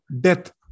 death